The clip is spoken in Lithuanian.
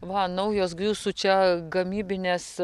va naujos gi jūsų čia gamybinės